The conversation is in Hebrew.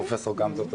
פרופ' גמזו,